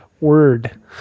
word